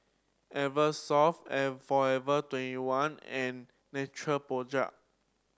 Eversoft Forever Twenty one and Natural Project